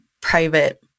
private